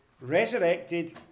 Resurrected